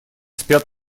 спят